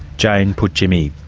jane puautjimi.